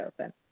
open